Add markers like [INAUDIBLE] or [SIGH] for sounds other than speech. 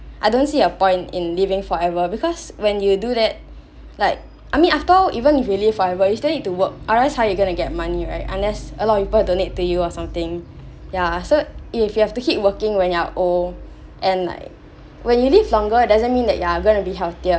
I don't see a point in living forever because when you do that [BREATH] like I mean after all even you live forever you still need to work or else how you gonna get money right unless a lot of people donate to you or something yeah so if you have to keep working when you're old [BREATH] and like when you live longer doesn't mean that you are going to be healthier